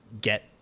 get